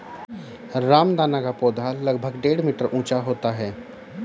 रामदाना का पौधा लगभग डेढ़ मीटर ऊंचा होता है